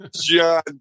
John